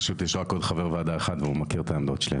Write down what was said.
פשוט יש רק עוד חבר ועדה אחד והוא מכיר את העמדות שלי.